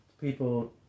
people